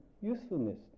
usefulness